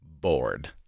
bored